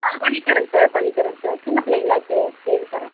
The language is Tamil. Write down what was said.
ஆ பண்ணித் தரேங்க சார் பண்ணித் தரேங்க சார் சின்ன பிள்ளைங்களாச்சே செய்து தரோம்